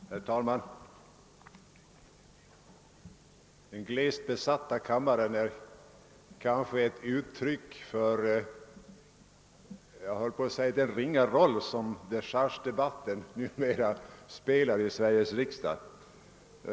Herr talman! Den glest besatta kam maren är kanske ett uttryck för den ringa roll som dechargedebatten numera spelar i Sveriges riksdag.